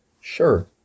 Sure